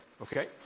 Okay